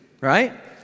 right